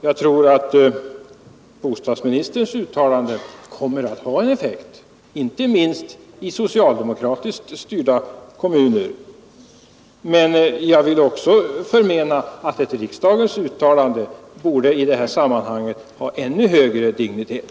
Jag tror att bostadsministerns uttalande kommer att ha effekt, inte minst i socialdemokratiskt styrda kommuner, men jag anser att ett riksdagens uttalande i det här sammanhanget har ännu högre dignitet.